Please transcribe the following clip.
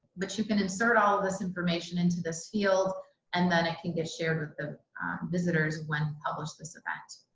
but you can insert all this information into this field and then it can get shared with the visitors when publish this event.